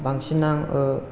बांसिन आं